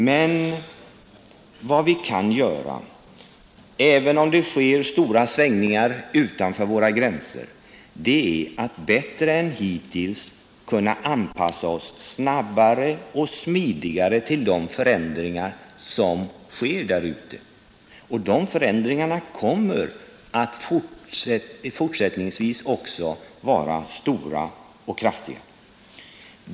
Men vad vi kan göra, även om det förekommer stora svängningar utanför våra gränser, är att anpassa Oss snabbare och smidigare till de förändringar som sker där ute — och de förändringarna kommer även fortsättningsvis att bli stora och kraftiga.